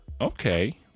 okay